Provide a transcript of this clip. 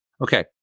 Okay